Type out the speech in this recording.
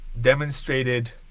demonstrated